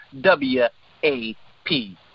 W-A-P